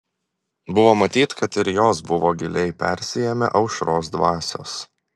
buvo matyt kad ir jos buvo giliai persiėmę aušros dvasios